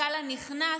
הרמטכ"ל הנכנס,